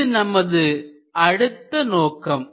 இது நமது அடுத்த நோக்கம்